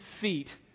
feet